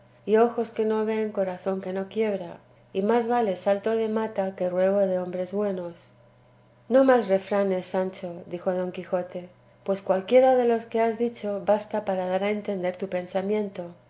y ojos que no veen corazón que no quiebra y más vale salto de mata que ruego de hombres buenos no más refranes sancho dijo don quijote pues cualquiera de los que has dicho basta para dar a entender tu pensamiento